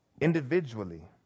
individually